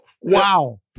wow